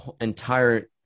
entire –